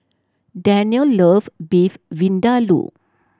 Danielle love Beef Vindaloo